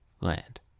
land